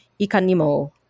Ikanimo